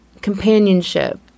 companionship